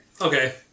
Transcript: Okay